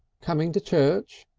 coming to church?